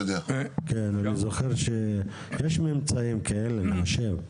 אני זוכר שיש ממצאים כאלה, אני חושב.